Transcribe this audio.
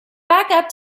backup